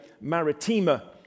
Maritima